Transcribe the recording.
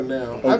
now